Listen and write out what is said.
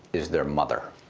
is their mother.